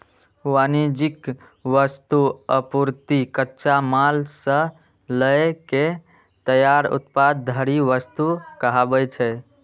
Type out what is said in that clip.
वाणिज्यिक वस्तु, आपूर्ति, कच्चा माल सं लए के तैयार उत्पाद धरि वस्तु कहाबै छै